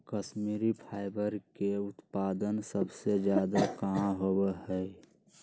Kashmiri fibre के उत्पादन सबसे ज्यादा कहाँ होबा हई?